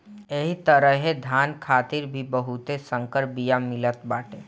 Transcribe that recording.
एही तरहे धान खातिर भी बहुते संकर बिया मिलत बाटे